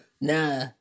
Nah